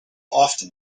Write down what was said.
often